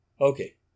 Okay